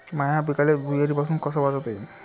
माह्या पिकाले धुयारीपासुन कस वाचवता येईन?